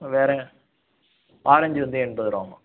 வேறு ஆரேஞ் வந்து எண்பதுரூவாமா